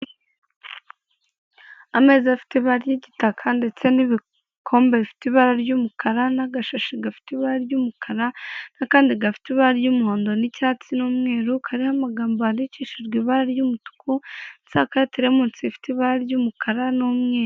Ameza afite ibara ry'igitaka ndetse n'ibikombe bifite ibara ry'umukara, n'agashashi gafite ibara ry'umukara, n'akandi gafite ibara ry'umuhondo n'icyatsi, n'umweru, kariho amagambo yandikishije ibara ry'umutuku na teremusi ifite ibara ry'umukara n'umweru.